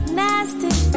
nasty